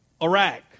Iraq